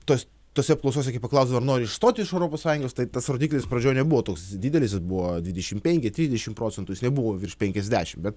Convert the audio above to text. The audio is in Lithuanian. tas tose apklausose kai paklausdavo ar nori išstoti iš europos sąjungos tai tas rodiklis pradžioje nebuvo toks didelis jis buvo dvidešim penki trisdešim procentų jis nebuvo virš penkiasdešim bet